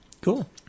Cool